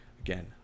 Again